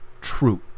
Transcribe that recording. true